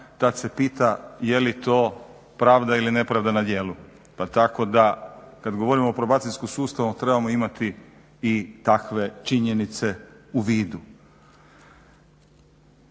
tada se pita je li to pravda ili nepravda na dijelu pa tako da kada govorimo o probacijskom sustavu trebamo imati i takve činjenice u vidu.